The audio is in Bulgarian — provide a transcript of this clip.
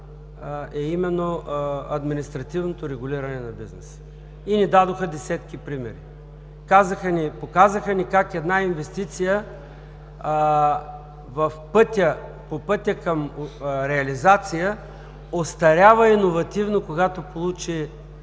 е именно административното регулиране на бизнеса.“ И ни дадоха десетки примери. Показаха ни как една инвестиция по пътя към реализация остарява иновативно, когато получи